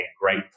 great